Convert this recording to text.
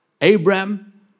Abraham